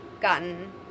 gotten